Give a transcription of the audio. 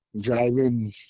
driving